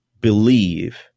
believe